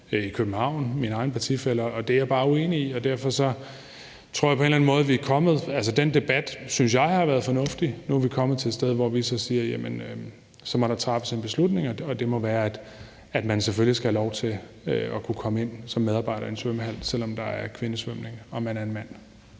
i København, hos mine egne partifæller, og det er jeg bare uenig i. Jeg synes, at den debat har været fornuftig, og nu tror jeg, vi på en eller anden måde er kommet til et sted, hvor vi så siger, at der må træffes en beslutning, og det må være, at man selvfølgelig skal have lov til at kunne komme ind som medarbejder i en svømmehal, selv om der er kvindesvømning, og man er en mand.